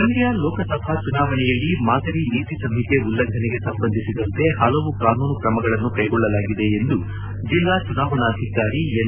ಮಂಡ್ಟ ಲೋಕಸಭಾ ಚುನಾವಣೆಯಲ್ಲಿ ಮಾದರಿ ನೀತಿ ಸಂಹಿತೆ ಉಲ್ಲಂಘನೆಗೆ ಸಂಬಂಧಿಸಿದಂತೆ ಹಲವು ಕಾನೂನು ಕ್ರಮಗಳನ್ನು ಕೈಗೊಳ್ಳಲಾಗಿದೆ ಎಂದು ಜಿಲ್ಲಾ ಚುನಾವಣಾಧಿಕಾರಿ ಎನ್